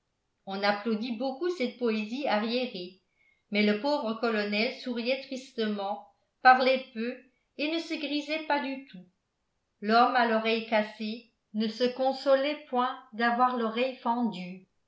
on applaudit beaucoup cette poésie arriérée mais le pauvre colonel souriait tristement parlait peu et ne se grisait pas du tout l'homme à l'oreille cassée ne se consolait point d'avoir l'oreille